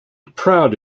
proud